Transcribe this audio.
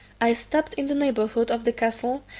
i stopped in the neighbourhood of the castle,